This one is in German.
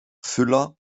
füller